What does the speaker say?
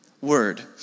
word